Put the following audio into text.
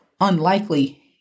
unlikely